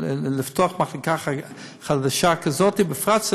הם טוענים שאחר כך אמרת: נשקול.